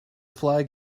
flag